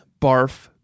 barf